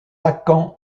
lacan